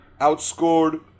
outscored